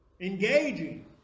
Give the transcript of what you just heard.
Engaging